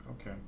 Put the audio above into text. okay